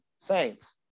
saints